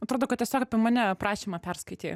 atrodo kad tiesiog apie mane aprašymą perskaitei